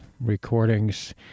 recordings